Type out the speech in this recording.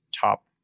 top